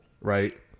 Right